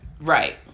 Right